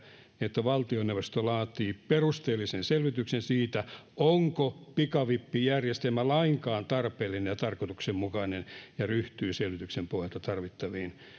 että valtioneuvosto laatii perusteellisen selvityksen siitä onko pikavippijärjestelmä lainkaan tarpeellinen ja tarkoituksenmukainen ja ryhtyy selvityksen pohjalta tarvittaviin